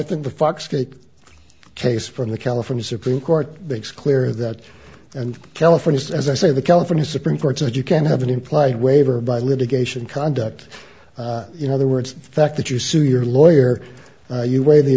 think the fox case case from the california supreme court makes clear that and california as i say the california supreme court said you can't have an implied waiver by litigation conduct you know other words the fact that you sue your lawyer you weigh the